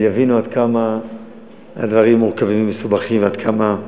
יבינו עד כמה הדברים מורכבים ומסובכים, ועד כמה,